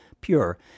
pure